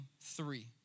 three